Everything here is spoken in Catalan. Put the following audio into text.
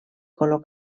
color